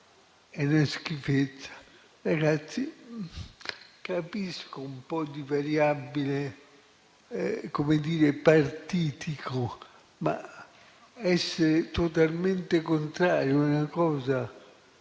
è una schifezza. Ragazzi, capisco un po' di variabile - come dire - partitica, ma essere totalmente contrari ad una cosa